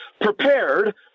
prepared